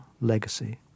legacy